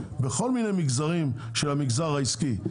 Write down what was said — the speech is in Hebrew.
בכל מיני מגזרים של המגזר העסקי.